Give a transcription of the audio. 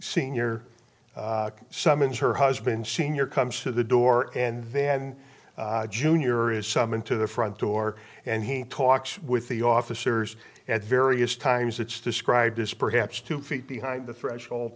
senior summons her husband senior comes to the door and then junior is summoned to the front door and he talks with the officers at various times it's described as perhaps two feet behind the threshold